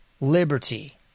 liberty